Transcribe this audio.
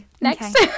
next